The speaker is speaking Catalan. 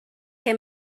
què